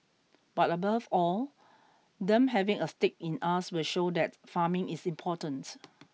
but above all them having a stake in us will show that farming is important